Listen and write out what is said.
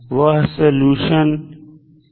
वह सलूशन क्या है